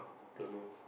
don't know